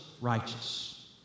righteous